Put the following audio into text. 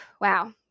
Wow